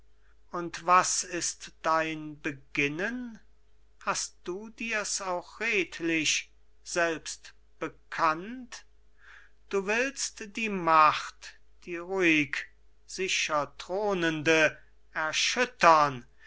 und was ist dein beginnen hast du dirs auch redlich selbst bekannt du willst die macht die ruhig sicher thronende erschüttern